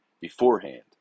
beforehand